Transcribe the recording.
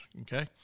okay